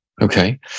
Okay